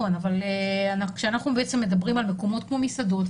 אבל כשאנחנו מדברים על מקומות כמו מסעדות,